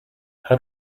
how